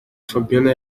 fabiola